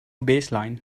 baselines